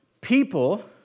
People